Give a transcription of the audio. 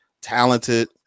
talented